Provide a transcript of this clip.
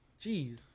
Jeez